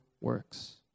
works